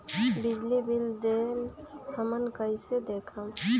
बिजली बिल देल हमन कईसे देखब?